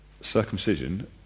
Circumcision